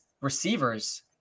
receivers